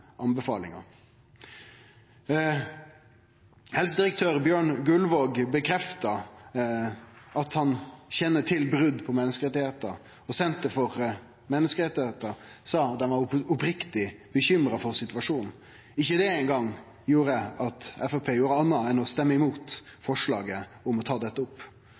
anbefalingar. Helsedirektør Bjørn Guldvog bekrefta at han kjenner til brot på menneskerettar, og Norsk senter for menneskerettigheter sa dei var oppriktig bekymra for situasjonen. Ikkje eingong det gjorde at Framstegspartiet gjorde anna enn å stemme imot forslaget om å ta dette opp.